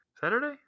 Saturday